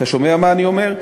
אתה שומע מה אני אומר?